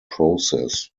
process